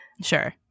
sure